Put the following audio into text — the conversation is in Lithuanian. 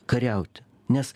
kariauti nes